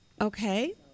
Okay